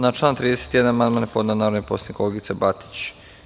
Na član 31. amandman je podnela narodni poslanik Olgica Batić.